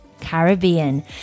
caribbean